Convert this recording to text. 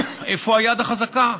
איפה היד החזקה?